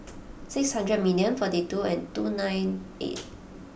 six hundred million forty two and two nine eight